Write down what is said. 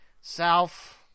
South